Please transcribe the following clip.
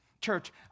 Church